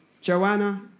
Joanna